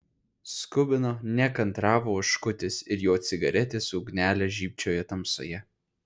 skubino nekantravo oškutis ir jo cigaretės ugnelė žybčiojo tamsoje